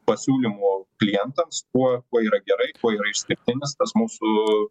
pasiūlymų klientams kuo kuo yra gerai kuo yra išskirtinis tas mūsų